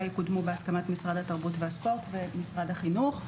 יקודמו בהסכמת משרד התרבות והספורט ומשרד החינוך.